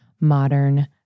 modern